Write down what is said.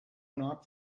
not